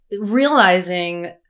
realizing